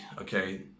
okay